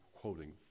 quoting